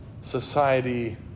society